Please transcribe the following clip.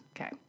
Okay